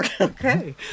Okay